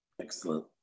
Excellent